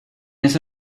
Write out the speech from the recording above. ese